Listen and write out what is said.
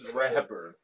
rapper